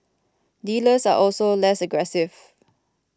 dealers are also less aggressive